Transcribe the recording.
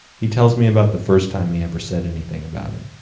he tells me about the first time he ever said anything about it.